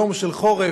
ביום של חורף.